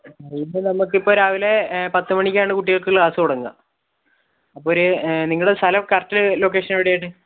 അതിപ്പോൾ നമുക്കിപ്പോൾ രാവിലെ പത്തുമണിക്കാണ് കുട്ടികൾക്ക് ക്ലാസ് തുടങ്ങുക അപ്പോൾ ഒരു നിങ്ങളുടെ സ്ഥലം കറക്റ്റ് ലൊക്കേഷൻ എവിടെയാണ്